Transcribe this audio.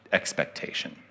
expectation